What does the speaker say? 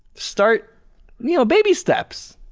start you know, baby steps.